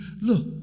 Look